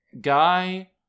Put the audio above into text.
guy